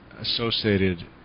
associated